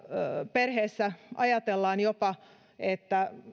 perheessä ajatellaan jopa että